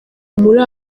muri